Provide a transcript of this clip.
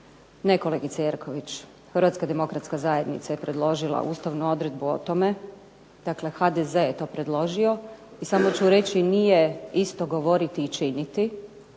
Ne kolegice Jerković, Hrvatska demokratska zajednica je predložila ustavnu odredbu o tome, dakle HDZ je to predložio, i samo ću reći nije isto govoriti i činiti,